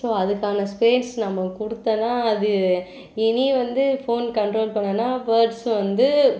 so அதுக்கான space நம்ம கொடுத்தாதான் அது இனி வந்து ஃபோன் கண்ட்ரோல் பண்ணலைன்னா பேர்ட்ஸ் வந்து